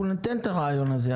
אנחנו ניתן את הרעיון הזה,